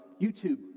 YouTube